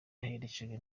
aherekejwe